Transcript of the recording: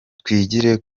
twigire